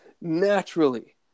naturally